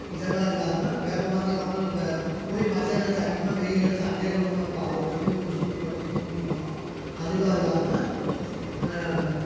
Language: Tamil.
இதெல்லாம் இல்லாமல் வேப்ப மரத்தலாம் போட்டால் நம்ம போய் மதியானம் நேரத்தில் அதிகமாக வெயில் அடிச்சால் அங்கேயே கூட நம்ம ப ஒரு துணியை விரித்து போட்டு படுத்து தூங்கிக்கலாம் அதெலாம் இல்லாமல் அந்த